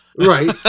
Right